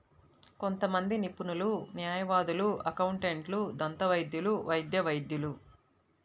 కొంతమంది నిపుణులు, న్యాయవాదులు, అకౌంటెంట్లు, దంతవైద్యులు, వైద్య వైద్యులు